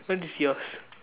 what is yours